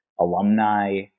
alumni